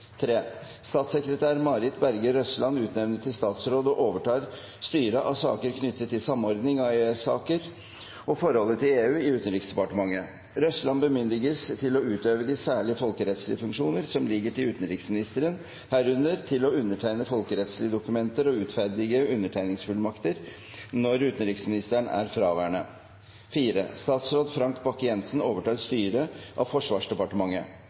Statssekretær Marit Berger Røsland utnevnes til statsråd og overtar styret av saker knyttet til samordning av EØS-saker og forholdet til EU i Utenriksdepartementet. Røsland bemyndiges til å utøve de særlige folkerettslige funksjoner som ligger til utenriksministeren, herunder til å undertegne folkerettslige dokumenter og utferdige undertegningsfullmakter, når utenriksministeren er fraværende. Statsråd Frank Bakke-Jensen overtar styret av Forsvarsdepartementet.